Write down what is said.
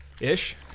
Ish